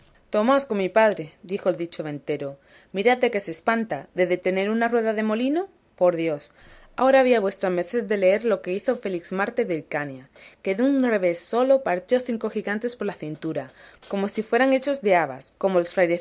tomaos con mi padre dijo el dicho ventero mirad de qué se espanta de detener una rueda de molino por dios ahora había vuestra merced de leer lo que hizo felixmarte de hircania que de un revés solo partió cinco gigantes por la cintura como si fueran hechos de habas como los